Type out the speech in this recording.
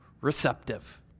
receptive